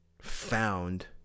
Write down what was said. found